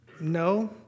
no